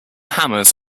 hammers